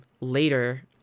later